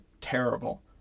terrible